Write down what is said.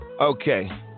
Okay